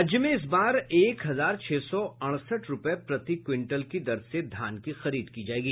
राज्य में इस बार एक हजार छह सौ अड़सठ रूपये प्रति क्विंटल की दर से धान की खरीद की जायेगी